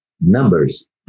numbers